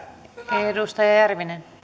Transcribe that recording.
arvoisa rouva